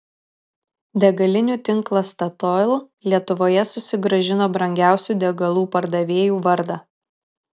degalinių tinklas statoil lietuvoje susigrąžino brangiausių degalų pardavėjų vardą